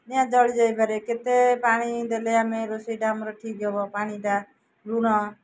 ନିଆଁ ଜଳିଯାଇପାରେ କେତେ ପାଣି ଦେଲେ ଆମେ ରୋଷେଇଟା ଆମର ଠିକ୍ ହେବ ପାଣିଟା ଲୁଣ